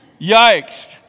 Yikes